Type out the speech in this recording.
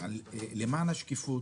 אביגיל, למען השקיפות